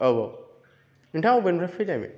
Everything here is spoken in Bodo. औ औ नोंथाङा अबेनिफ्राय फैदों